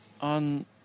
on